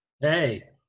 hey